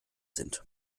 sind